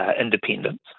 independence